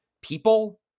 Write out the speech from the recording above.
people